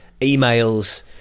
emails